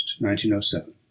1907